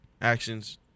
actions